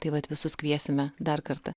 tai vat visus kviesime dar kartą